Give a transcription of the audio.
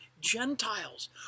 Gentiles